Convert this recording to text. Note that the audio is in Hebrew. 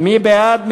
מי בעד?